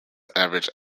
average